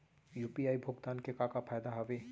UPI भुगतान के का का फायदा हावे?